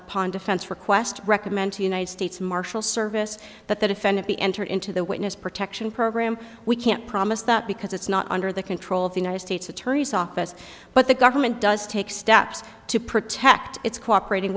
upon defense request recommend to the united states marshal service that the defendant be entered into the witness protection program we can't promise that because it's not under the control of the united states attorney's office but the government does take steps to protect its cooperating